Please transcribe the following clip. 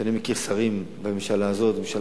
שאני מכיר שרים בממשלה הזאת ובממשלה